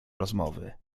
rozmowy